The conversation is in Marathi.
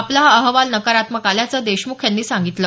आपला हा अहवाल नकारात्मक आल्याचं देशमुख यांनी सांगितलं